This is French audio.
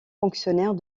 fonctionnaire